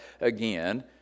again